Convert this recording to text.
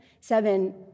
seven